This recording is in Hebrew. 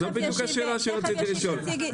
זו בדיוק השאלה שרציתי לשאול.